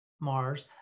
Mars